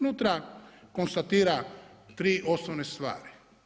Nutra konstatira tri osnovne stvari.